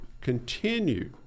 continue